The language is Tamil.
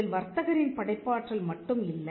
இதில் வர்த்தகரின் படைப்பாற்றல் மட்டும் இல்லை